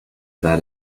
that